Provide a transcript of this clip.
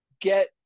get